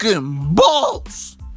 balls